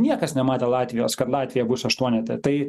niekas nematė latvijos kad latvija bus aštuonete tai